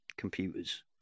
Computers